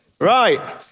right